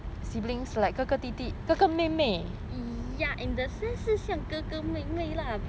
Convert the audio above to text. ya in a sense 是像哥哥妹妹 but